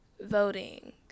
voting